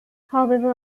however